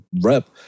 rep